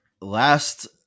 last